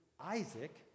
Isaac